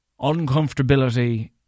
Uncomfortability